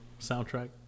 soundtrack